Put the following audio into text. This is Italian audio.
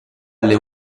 alle